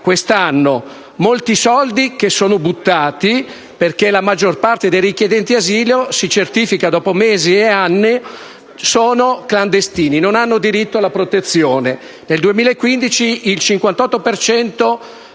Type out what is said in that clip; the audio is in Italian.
2 miliardi. Molti sono soldi buttati, perché la maggior parte dei richiedenti asilo, come si certifica dopo mesi e anni, sono clandestini che non hanno diritto alla protezione. Nel 2015, il 58